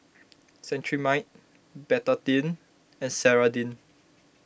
Cetrimide Betadine and Ceradan